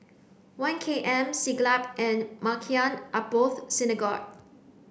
One K M Siglap and Maghain Aboth Synagogue